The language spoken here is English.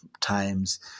times